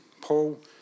Paul